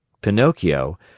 Pinocchio